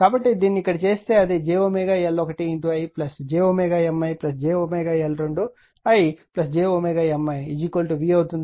కాబట్టి దీన్ని ఇక్కడ చేస్తే అది jL1i jMijL2ijMiv అవుతుంది